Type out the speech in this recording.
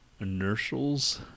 Inertials